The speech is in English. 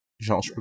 jean